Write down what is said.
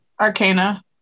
Arcana